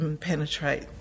penetrate